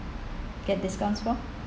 get discounts for